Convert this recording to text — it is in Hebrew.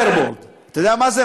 הוברבורד, אתה יודע מה זה?